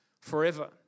forever